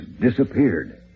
disappeared